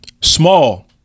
small